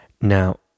Now